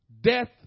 death